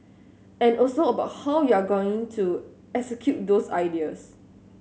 and also about how you're going to execute those ideas